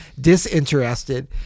disinterested